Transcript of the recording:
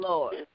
Lord